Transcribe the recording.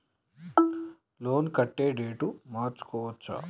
Loan కట్టే date మార్చుకోవచ్చా?